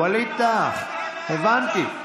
ווליד טאהא, הבנתי.